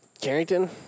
Carrington